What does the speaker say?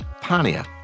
Pania